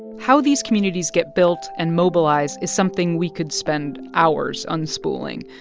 how these communities get built and mobilize is something we could spend hours unspooling.